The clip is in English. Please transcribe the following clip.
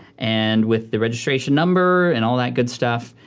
and with the registration number and all that good stuff.